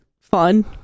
fun